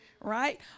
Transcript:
right